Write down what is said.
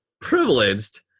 privileged